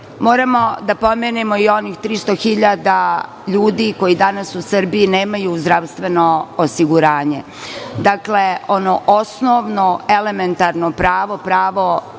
Moramo da pomenemo i onih 300.000 ljudi koji danas u Srbiji nemaju zdravstveno osiguranje. Dakle, ono osnovno elementarno pravo, pravo